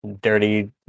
dirty